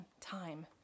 time